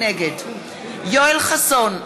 יואל חסון,